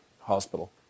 Hospital